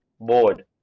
Board